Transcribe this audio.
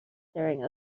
staring